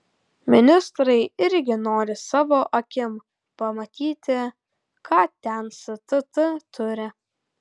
ministrai irgi nori savo akim pamatyti ką ten stt turi